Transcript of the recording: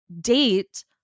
date